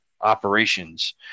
operations